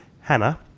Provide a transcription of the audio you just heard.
Hannah